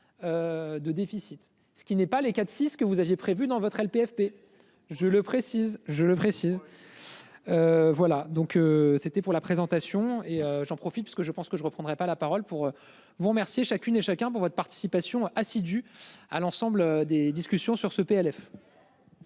De déficit, ce qui n'est pas les quatre si ce que vous aviez prévu dans votre LPFP, je le précise, je le précise. Voilà donc c'était pour la présentation et j'en profite parce que je pense que je ne reprendrai pas la parole pour vous remercier chacune et chacun pour votre participation assidue à l'ensemble des discussions sur ce PLF.--